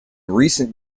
recent